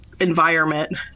environment